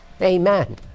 Amen